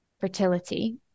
fertility